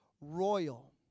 royal